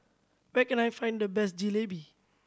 where can I find the best Jalebi